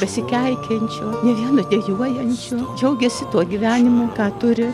besikeikiančio nė vieno dejuojančio džiaugėsi tuo gyvenimu ką turi